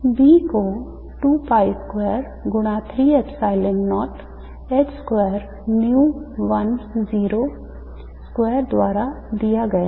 B को 2 pi square गुणा 3 epsilon naught h square mu 1 0 square द्वारा दिया गया है